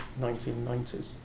1990s